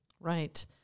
Right